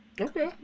Okay